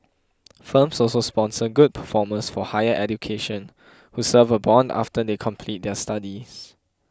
firms also sponsor good performers for higher education who serve a bond after they complete their studies